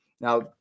Now